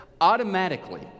Automatically